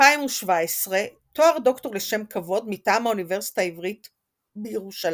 2017 תואר דוקטור לשם כבוד מטעם האוניברסיטה העברית בירושלים.